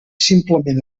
simplement